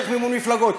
דרך מימון מפלגות.